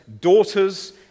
daughters